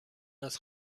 است